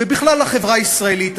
ובכלל לחברה הישראלית.